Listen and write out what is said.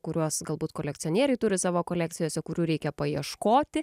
kuriuos galbūt kolekcionieriai turi savo kolekcijose kurių reikia paieškoti